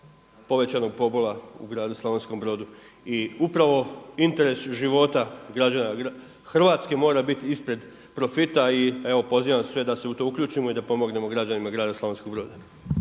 povećanog pobola u gradu Slavonskom Brodu. I upravo interes života građana Hrvatske mora biti ispred profita i evo pozivam sve da se u to uključimo i da pomognemo građanima grada Slavonskoga Broda.